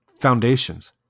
foundations